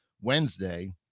Wednesday